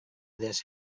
this